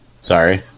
Sorry